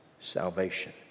salvation